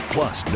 Plus